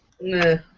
No